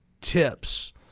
tips